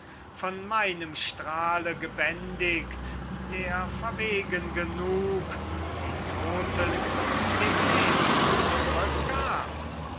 von meinem strahle gebändigt der verwegen genug die toten dem leben zurückgab